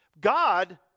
God